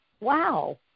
wow